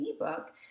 ebook